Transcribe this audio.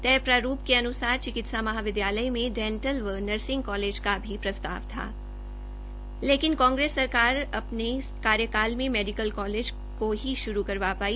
तय प्रारूप के अनुसार चिकित्सा महाविद्यालय में डेंटल व नर्सिंग कॉलेज का भी प्रस्ताव था लेकिन कांग्रेस सरकार अपने कार्यकाल में मैडीकल कॉलेज को ही शुरू करवा पाई